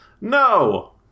No